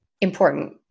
important